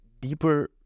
deeper